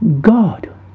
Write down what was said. God